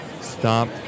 stop